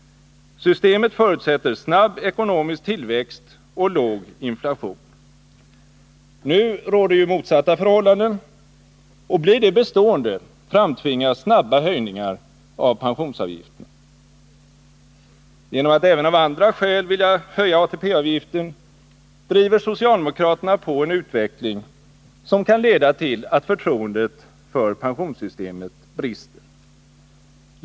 Systemet förutsätter snabb ekonomisk tillväxt och låg inflation. Nu råder motsatta förhållanden, och blir de bestående, framtvingas snabba höjningar av pensionsavgifterna. Genom att även av andra skäl vilja höja ATP-avgiften driver socialdemokraterna på en utveckling som kan leda till att förtroendet för pensionssystemet brister.